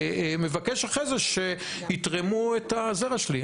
ומבקש אחרי זה שיתרמו את הזרע שלי.